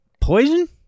Poison